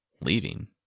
Leaving